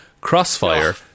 Crossfire